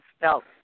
felt